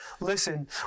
Listen